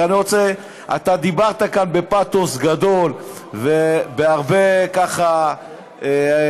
אתה דיברת פה בפתוס גדול ובהרבה רגשות,